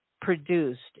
produced